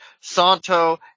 Santo